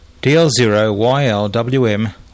DL0YLWM